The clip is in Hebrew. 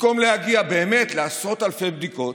במקום להגיע באמת לעשרות אלפי בדיקות,